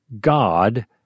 God